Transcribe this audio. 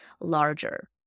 larger